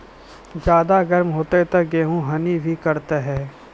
ज्यादा गर्म होते ता गेहूँ हनी भी करता है?